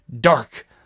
dark